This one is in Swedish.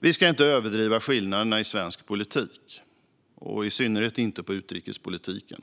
Vi ska inte överdriva skillnaderna i svensk politik, i synnerhet inte när det gäller utrikespolitiken.